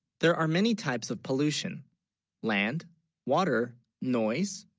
there are many types of pollution land water noise,